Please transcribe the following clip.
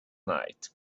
night